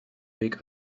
weg